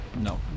No